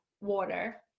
water